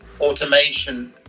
automation